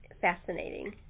fascinating